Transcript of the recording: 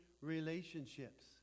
relationships